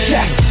Yes